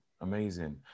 amazing